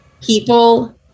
people